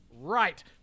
Right